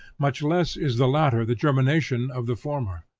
much less is the latter the germination of the former.